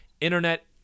internet